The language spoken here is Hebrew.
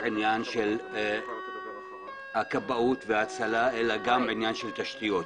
עניין של הכבאות וההצלה אלא גם עניין של תשתיות.